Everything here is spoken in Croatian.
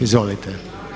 Izvolite.